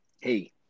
Hey